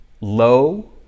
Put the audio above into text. low